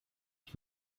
ich